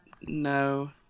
no